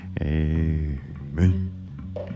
Amen